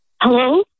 Hello